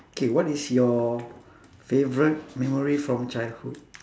K what is your favourite memory from childhood